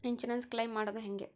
Insurance claim ಮಾಡದು ಹೆಂಗೆ?